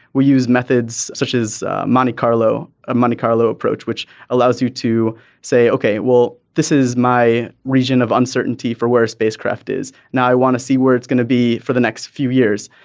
we use methods such as monte carlo a monte carlo approach which allows you to say ok well this is my region of uncertainty for where a spacecraft is. now i want to see where it's going to be for the next few years.